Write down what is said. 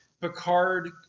Picard